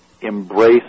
embrace